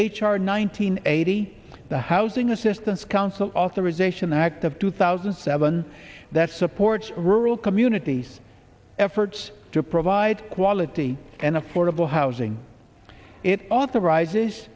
hundred eighty the housing assistance council authorization act of two thousand and seven that supports rural communities efforts to provide quality and affordable housing it authorizes